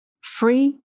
free